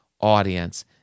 audience